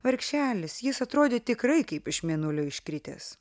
vargšelis jis atrodė tikrai kaip iš mėnulio iškritęs